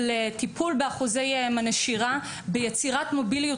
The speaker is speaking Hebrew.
לטיפול באחוזי הנשירה ויצירת מוביליות